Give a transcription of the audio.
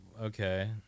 okay